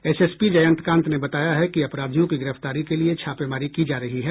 SSP Jayantkant ने बताया है कि अपराधियों की गिरफ्तारी के लिए छापेमारी की जा रही है